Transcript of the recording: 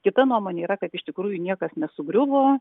kita nuomonė yra kad iš tikrųjų niekas nesugriuvo